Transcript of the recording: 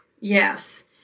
Yes